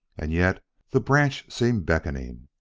and yet the branch seemed beckoning.